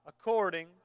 according